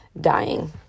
dying